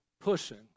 pushing